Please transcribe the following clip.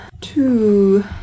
two